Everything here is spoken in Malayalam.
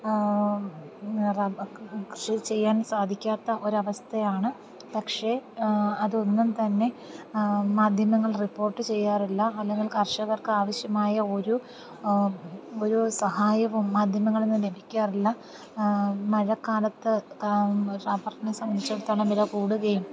റബർ കൃഷി ചെയ്യാൻ സാധിക്കാത്ത ഒരു അവസ്ഥയാണ് പക്ഷേ അതൊന്നും തന്നെ മാധ്യമങ്ങൾ റിപ്പോർട്ട് ചെയ്യാറില്ല അല്ലെങ്കിൽ കർഷകർക്ക് ആവശ്യമായ ഒരു ഒരു സഹായവും മാധ്യമങ്ങളിൽ നിന്നും ലഭിക്കാറില്ല മഴക്കാലത്ത് റബറിനു സംബന്ധിച്ചെടുത്തോളം വില കൂടുകയും